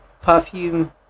perfume